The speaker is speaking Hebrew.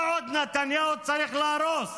מה עוד נתניהו צריך להרוס?